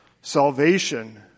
salvation